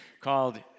called